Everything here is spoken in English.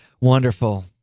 wonderful